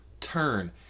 turn